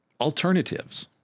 alternatives